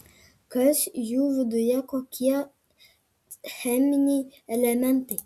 kas jų viduje kokie cheminiai elementai